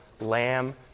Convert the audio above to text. lamb